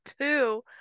two